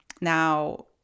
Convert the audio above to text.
Now